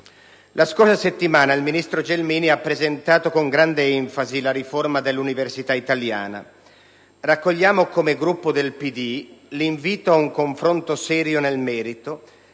La scorsa settimana il ministro Gelmini ha presentato con grande enfasi la riforma dell'università italiana; raccogliamo, come Gruppo del PD, l'invito ad un confronto serio nel merito,